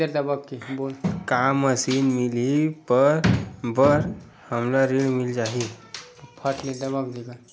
का मशीन मिलही बर हमला ऋण मिल जाही?